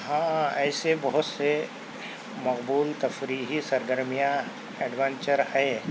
ہاں ایسے بہت سے مقبول تفریحی سرگرمیاں ایڈوینچر ہے